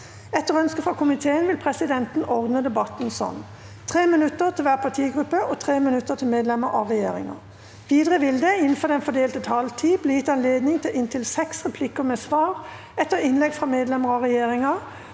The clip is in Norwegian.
Etter ønske fra næringsko- miteen vil presidenten ordne debatten slik: 3 minutter til hver partigruppe og 3 minutter til medlemmer av regjeringa. Videre vil det – innenfor den fordelte taletid – bli gitt anledning til inntil seks replikker med svar etter innlegg fra medlemmer av regjeringa,